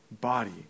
body